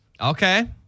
Okay